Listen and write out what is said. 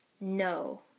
No